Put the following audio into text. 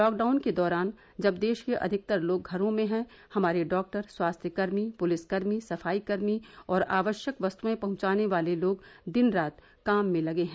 lockdown के दौरान जब देश के अधिकतर लोग घरों में है हमारे डॉक्टर स्वास्थ्यकर्मी पुलिसकर्मी सफाईकर्मी और आवश्यक वस्तुएं पहुंचाने वाले लोग दिन रात काम में लगे हैं